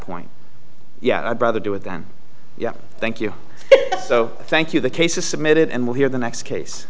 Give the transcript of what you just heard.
point yeah i'd rather do it than yeah thank you so thank you the case is submitted and we'll hear the next case